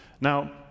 Now